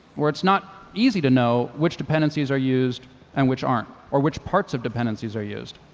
where it's not easy to know which dependencies are used and which aren't, or which parts of dependencies are used.